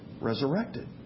resurrected